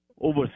over